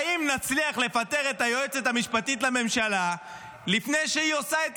האם נצליח לפטר את היועצת המשפטית לממשלה לפני שהיא עושה את